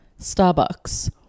Starbucks